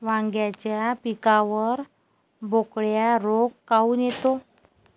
वांग्याच्या पिकावर बोकड्या रोग काऊन येतो?